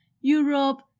Europe